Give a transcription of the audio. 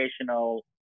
educational